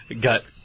got